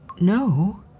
No